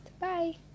Bye